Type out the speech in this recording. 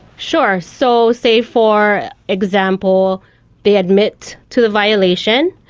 sure. so, say for example they admit to the violation,